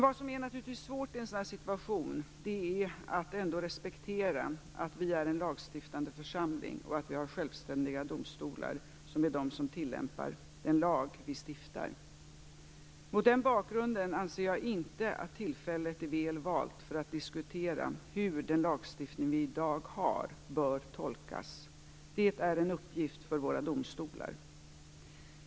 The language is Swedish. Vad som är svårt i en sådan situation är naturligtvis att respektera att vi är en lagstiftande församling och att vi har självständiga domstolar, som tillämpar den lag vi stiftar. Mot den bakgrunden anser jag inte att tillfället är väl valt för att diskutera hur den lagstiftning vi i dag har bör tolkas. Det är en uppgift för våra domstolar.